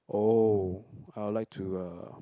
oh I would like to uh